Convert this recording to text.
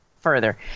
further